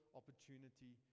opportunity